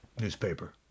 newspaper